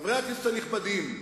חברי הכנסת הנכבדים,